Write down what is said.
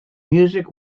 music